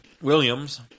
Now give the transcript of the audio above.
Williams